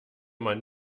man